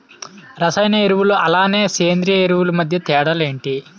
రసాయన ఎరువులు అలానే సేంద్రీయ ఎరువులు మధ్య తేడాలు ఏంటి?